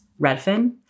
Redfin